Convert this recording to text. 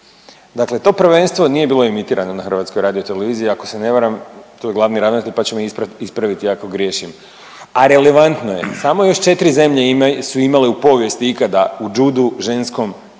dakle to prvenstvo nije bilo emitirano na HRT-u ako se ne varam, tu je glavni ravnatelj pa će me ispraviti ako griješim, a relevantno je samo još četri zemlje imaju su imale u povijesti ikada u džudu ženskom prvakinju